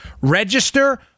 Register